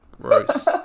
Gross